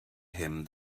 him